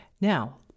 Now